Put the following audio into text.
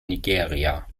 nigeria